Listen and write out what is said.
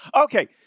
Okay